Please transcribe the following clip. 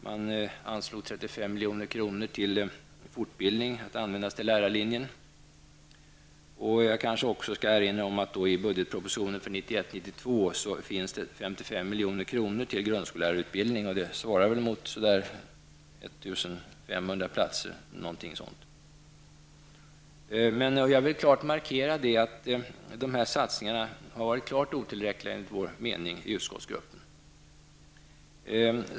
Man anslog 35 milj.kr. till fortbildning att användas till lärarlinjen. Jag kanske också skall erinra om att i budgetpropositionen för 1991/92 finns 55 milj.kr. till grundskollärarutbildning. Det svarar väl mot 1 500 platser eller någonting sådant. Men jag vill markera att de här satsningarna enligt utskottsgruppens mening har varit klart otillräckliga.